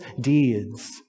deeds